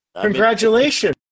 Congratulations